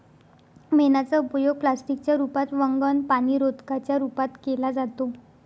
मेणाचा उपयोग प्लास्टिक च्या रूपात, वंगण, पाणीरोधका च्या रूपात केला जातो